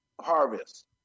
harvest